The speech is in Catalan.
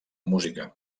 música